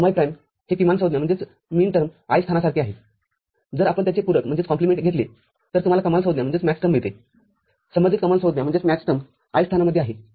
तर mi प्राइमहे किमान संज्ञा i स्थानासारखे आहे जर आपण त्याचे पूरक घेतले तर तुम्हाला कमाल संज्ञा मिळते संबंधित कमाल संज्ञा i स्थानामध्ये आहे